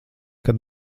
kad